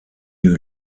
eut